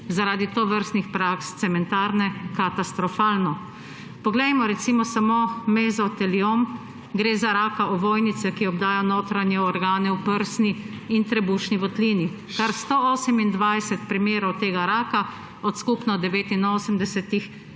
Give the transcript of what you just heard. zaradi tovrstnih praks cementarne katastrofalno. Poglejmo recimo samo mezoteliom. Gre za raka ovojnice, ki obdaja notranje organe v prsni in trebušni votlini. Kar 128 primerov tega raka od skupno 89